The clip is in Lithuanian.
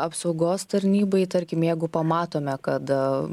apsaugos tarnybai tarkim jeigu pamatome kad